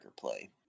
play